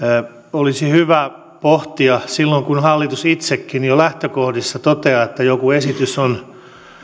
olisi hyvä pohtia asiaa silloin kun hallitus itsekin jo lähtökohdissa toteaa että joku esitys on